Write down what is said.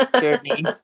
journey